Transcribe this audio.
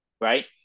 right